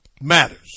matters